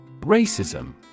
Racism